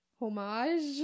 homage